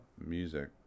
music